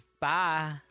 Bye